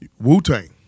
Wu-Tang